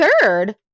Third